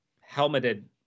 helmeted